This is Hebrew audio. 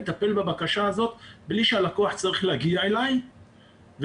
מטפל בבקשה הזאת בלי שהלקוח צריך להגיע אלי ובלי